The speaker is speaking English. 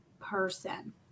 person